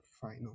final